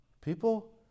People